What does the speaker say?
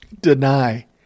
deny